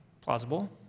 plausible